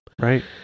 right